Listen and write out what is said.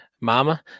mama